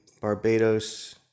Barbados